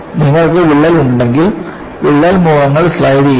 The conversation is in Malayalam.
നിങ്ങൾക്ക് വിള്ളൽ ഉണ്ടെങ്കിൽ വിള്ളൽ മുഖങ്ങൾ സ്ലൈഡുചെയ്യുന്നു